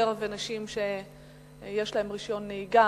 ויותר נשים שיש להן רשיון נהיגה,